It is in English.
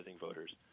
voters